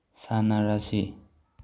ꯁꯥꯅꯔꯁꯤ